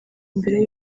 mbere